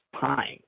time